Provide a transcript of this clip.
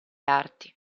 arti